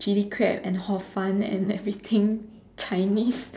Chili crab and hor-fun and everything Chinese